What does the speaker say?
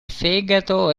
fegato